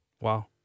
Wow